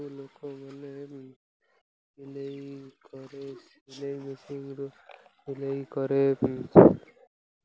ପୋଷାକ ଶୈଳୀ ଦେଖି ଲୋକଙ୍କର ମନ ଗୁଟେ ଥାଏ ଯେ ଏହି ସମୟରେ ଆମେ ଏସବୁ ବସ୍ତ୍ର ପରିଧାନ କରିବା ଏହି ପୂଜାରେ ଏହିପରି